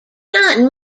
not